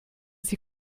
sie